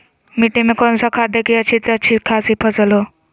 मिट्टी में कौन सा खाद दे की अच्छी अच्छी खासी फसल हो?